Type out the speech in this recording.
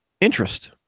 interest